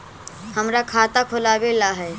हमरा खाता खोलाबे ला है?